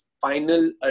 final